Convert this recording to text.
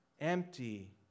empty